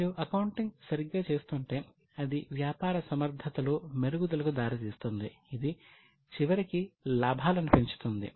మీరు అకౌంటింగ్ సరిగ్గా చేస్తుంటే అది వ్యాపార సమర్థతలో మెరుగుదలకు దారితీస్తుంది ఇది చివరికి లాభాలను పెంచుతుంది